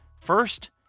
First